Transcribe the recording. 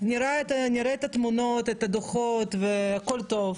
רואה את התמונות ואת הדוחות והכול טוב,